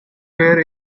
wear